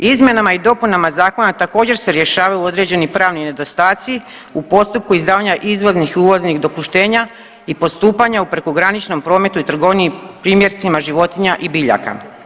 Izmjenama i dopunama zakona također se rješavaju određeni pravni nedostaci u postupku izdavanja izvoznih i uvoznih dopuštenja i postupanja u prekograničnom prometu i trgovini primjercima životinja i biljaka.